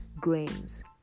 grains